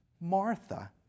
Martha